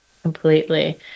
Completely